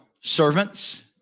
servants